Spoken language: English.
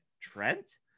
Trent